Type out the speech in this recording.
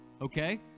Okay